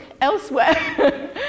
elsewhere